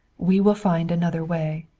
we will find another way.